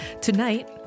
Tonight